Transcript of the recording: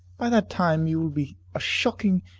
by that time you will be a shocking,